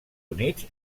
units